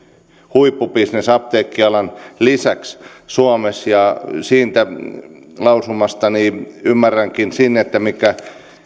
huippubisnes apteekkialan lisäksi suomessa ja siitä lausumasta ymmärränkin sen että mikä